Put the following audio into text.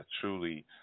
truly